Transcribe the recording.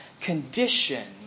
condition